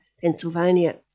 Pennsylvania